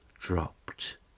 dropped